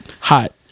hot